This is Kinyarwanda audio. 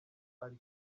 ari